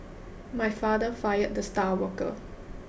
my father fired the star worker